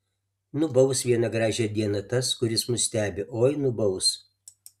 nubaus vieną gražią dieną tas kuris mus stebi oi nubaus